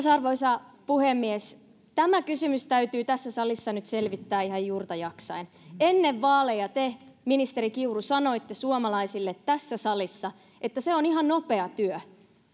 arvoisa puhemies tämä kysymys täytyy tässä salissa nyt selvittää ihan juurta jaksaen ennen vaaleja te ministeri kiuru sanoitte tässä salissa suomalaisille että se on ihan nopea työ